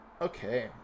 okay